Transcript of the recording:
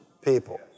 people